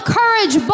courage